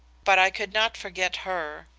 but i could not forget her.